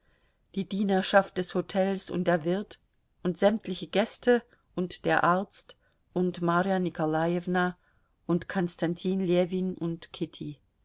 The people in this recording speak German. die dienerschaft des hotels und der wirt und sämtliche gäste und der arzt und marja nikolajewna und konstantin ljewin und kitty